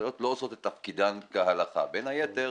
המקצועיות לא עושות תפקידן כהלכה, בין היתר